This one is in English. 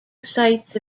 sites